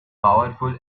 powerful